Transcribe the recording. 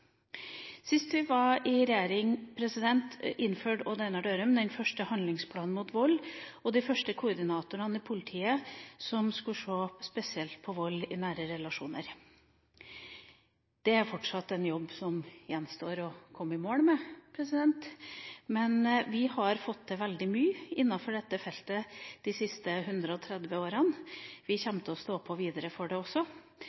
Sist vi var i regjering, innførte Odd Einar Dørum den første handlingsplanen mot vold og de første koordinatorene i politiet som skulle se spesielt på vold i nære relasjoner. Det er en jobb som det fortsatt gjenstår å komme i mål med, men vi har fått til veldig mye innenfor dette feltet de siste 130 årene. Vi